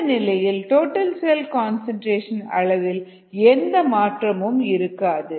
இந்த நிலையில் total cell concentration அளவில் எந்த மாற்றமும் இருக்காது